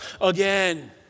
again